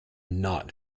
not